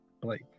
Blake